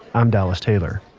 i'm dallas taylor.